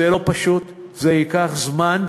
זה לא פשוט, זה ייקח זמן.